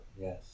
Yes